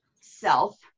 self